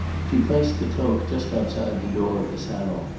she placed the cloak just outside the door of the salon.